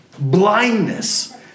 blindness